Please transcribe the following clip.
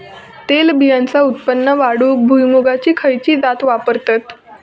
तेलबियांचा उत्पन्न वाढवूक भुईमूगाची खयची जात वापरतत?